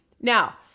Now